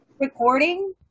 recording